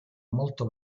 molto